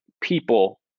people